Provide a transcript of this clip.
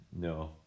No